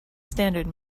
standard